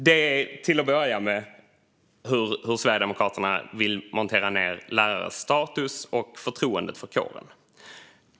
Det är hur Sverigedemokraterna till att börja med vill montera ned lärares status och förtroendet för kåren.